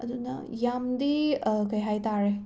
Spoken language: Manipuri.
ꯑꯗꯨꯅ ꯌꯥꯝꯗꯤ ꯀꯩ ꯍꯥꯏꯇꯥꯔꯦ